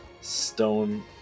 stone